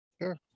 Sure